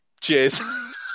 Cheers